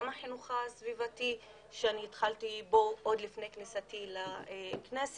גם החינוך הסביבתי בו התחלתי עוד לפני כניסתי לכנסת